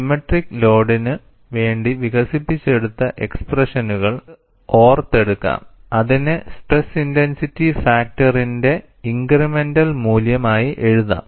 symmetric ലോഡിനു വേണ്ടി വികസിപ്പിച്ചെടുത്ത എക്സ്പ്രഷനുകൾ നമുക്ക് ഓർത്തെടുക്കാം അതിനെ സ്ട്രെസ് ഇൻടെൻസിറ്റി ഫാക്ടറിന്റെ ഇൻക്രിമെന്റൽ മൂല്യം ആയി എഴുതാം